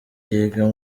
yiga